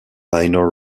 minor